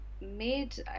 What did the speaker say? made